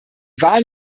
wahlen